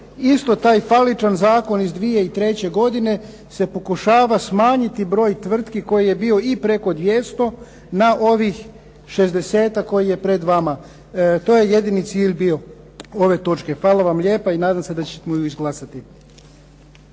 isto taj faličan zakon iz 2003. godine se pokušava smanjiti broj tvrtki koji je bio i preko 200 na ovih 60-ak koji je pred vama. To je jedini cilj bio ove točke. Hvala vam lijepa i nadam se da ćemo ju izglasati.